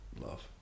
love